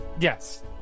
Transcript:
Yes